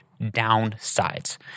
downsides